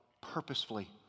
purposefully